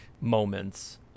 moments